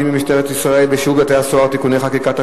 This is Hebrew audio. במשטרת ישראל ובשירות בתי-הסוהר (תיקוני חקיקה),